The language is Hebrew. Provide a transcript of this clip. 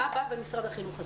מה עשה משרד החינוך?